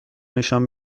نشان